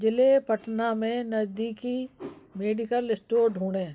ज़िले पटना में नज़दीकी मेडिकल स्टोर ढूँढें